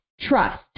trust